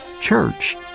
Church